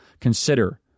consider